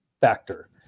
factor